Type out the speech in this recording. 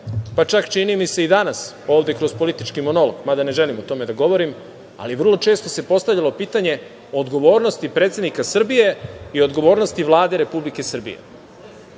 pa čak čini mi se i danas ovde kroz politički monolog, mada, ne želim o tome da govorim, ali vrlo često se postavljalo pitanje odgovornosti predsednika Srbije i odgovornosti Vlade Republike Srbije,